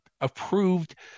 approved